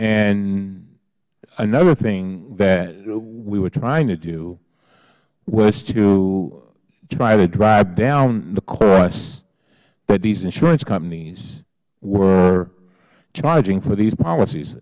and another thing that we were trying to do was to try to drive down the cost that these insurance companies were charging for these policies